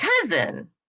cousin